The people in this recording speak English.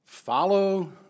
Follow